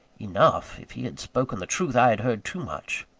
enough? if he had spoken the truth, i had heard too much.